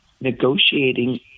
negotiating